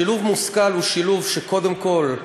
שילוב מושכל הוא שילוב שקודם כול,